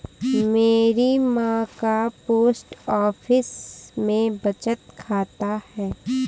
मेरी मां का पोस्ट ऑफिस में बचत खाता है